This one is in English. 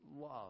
love